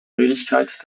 möglichkeit